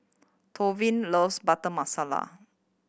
Tavion loves Butter Masala